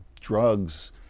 drugs